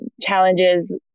challenges